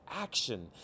action